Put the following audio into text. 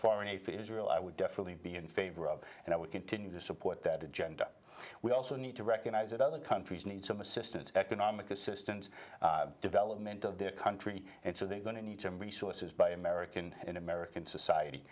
foreign aid to israel i would definitely be in favor of and i would continue to support that agenda we also need to recognize that other countries need some assistance economic assistance development of their country and so they are going to need to resources by american in american society